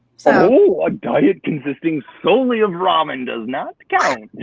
so. oh, a diet consisting solely of ramen does not count.